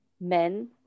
men